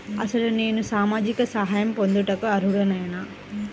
అసలు నేను సామాజిక సహాయం పొందుటకు అర్హుడనేన?